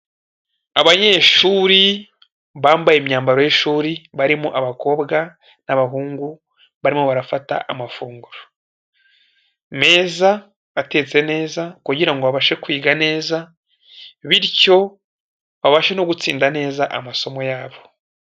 Abanyeshuri bambaye imyambaro y'ishuri barimo abakobwa n'abahungu barimo barafata amafunguro meza atetse neza kugira ngo babashe kwiga neza bityo babashe no gutsinda neza amasomo y'abo.